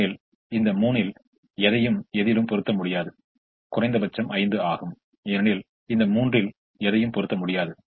இதில் இருக்கும் கடைசி நிலையில் உள்ள கட்டத்தில் பொருத்தினால் இது நமக்கான சிறந்த சுழற்சி முறையாக இருக்கும் என்பதை நம்மால் நன்கு உணர முடிகிறது